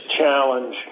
challenge